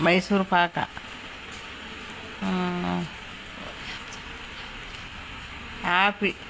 Mysore pak యాపి